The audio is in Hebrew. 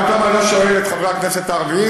ואת יודעת למה אני שואל את חברי הכנסת הערבים?